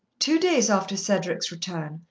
two days after cedric's return,